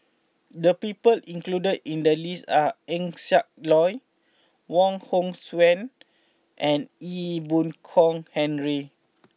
the people included in the list are Eng Siak Loy Wong Hong Suen and Ee Boon Kong Henry